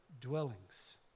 dwellings